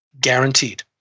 guaranteed